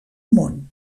món